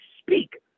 speak